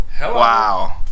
wow